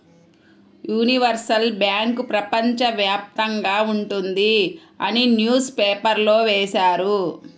universal bank ప్రపంచ వ్యాప్తంగా ఉంటుంది అని న్యూస్ పేపర్లో వేశారు